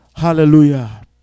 Hallelujah